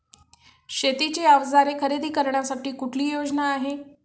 शेतीची अवजारे खरेदी करण्यासाठी कुठली योजना आहे?